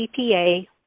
CPA